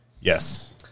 Yes